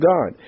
God